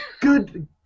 Good